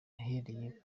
ahereye